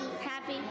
Happy